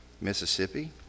Mississippi